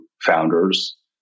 founders